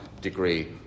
degree